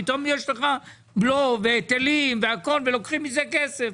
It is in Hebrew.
פתאום יש לו בלו והיטלים והכול ולוקחים מזה כסף.